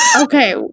Okay